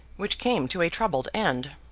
which came to a troubled end.